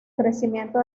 crecimiento